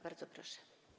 Bardzo proszę.